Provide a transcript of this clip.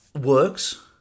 works